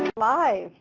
live.